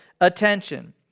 attention